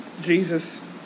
Jesus